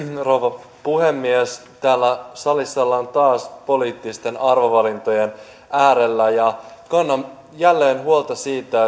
rouva puhemies täällä salissa ollaan taas poliittisten arvovalintojen äärellä ja ja kannan jälleen huolta siitä